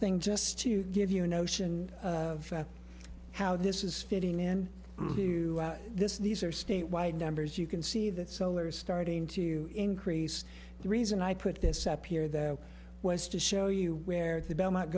thing just to give you a notion of how this is fitting in to this these are state wide numbers you can see that solar is starting to increase the reason i put this up here that was to show you where the bel